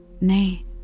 Nay